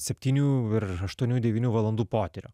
septynių ir aštuonių devynių valandų potyrio